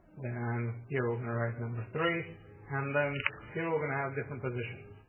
then here, organ right number three and then here are gonna have different positions.